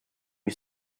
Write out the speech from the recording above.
you